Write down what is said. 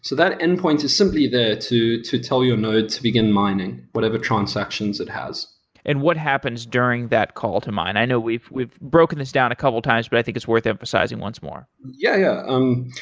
so that endpoint is simply there to to tell your node to begin mining, whatever transactions it has and what happens during that call to mine? i know we've we've broken this down a couple times, but i think it's worth emphasizing once more yeah, yeah. um